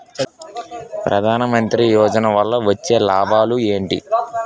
ప్రధాన మంత్రి యోజన వల్ల వచ్చే లాభాలు ఎంటి?